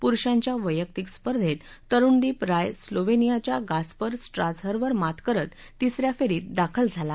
पुरुषांच्या वैयक्तिक स्पर्धेत तरुणदीप राय स्लोव्हेनियाच्या गास्पर स्ट्राजहरवर मात करत तिसऱ्या फेरीत दाखल झाला आहे